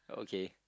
okay